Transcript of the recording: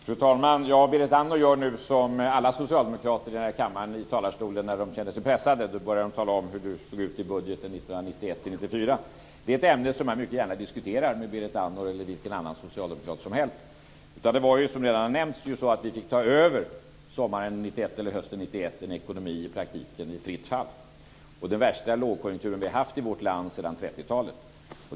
Fru talman! Berit Andnor gör nu som alla socialdemokrater i den här kammaren när de känner sig pressade i talarstolen. Då börjar de tala om hur det såg ut i budgeten 1991-1994. Det är ett ämne som jag mycket gärna diskuterar med Berit Andnor eller vilken annan socialdemokrat som helst. Det var ju, som redan har nämnts, så att vi hösten 1991 fick ta över en ekonomi som i princip befann sig i fritt fall. Det var den värsta lågkonjunktur vi har haft i vårt land sedan 30-talet.